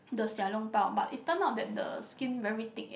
the Xiao-Long-Bao but it turned out that the skin very thick eh